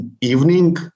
evening